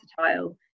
versatile